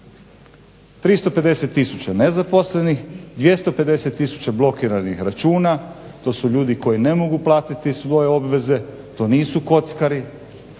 350 tisuća nezaposlenih, 250 tisuća blokiranih računa, to su ljudi koji ne mogu platiti svoje obveze, to nisu kockari,